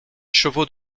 chevaux